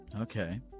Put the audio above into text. Okay